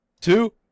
two